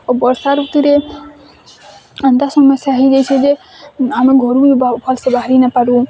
ବର୍ଷାଋତୁରେ ଏନ୍ତା ସମସ୍ୟା ହେଇଯାଇଛି ଯେ ଆମେ ଘରୁ ଭଲସେ ବାହାରି ନା ପାରୁ